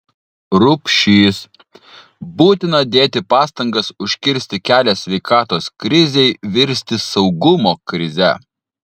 rupšys būtina dėti pastangas užkirsti kelią sveikatos krizei virsti saugumo krize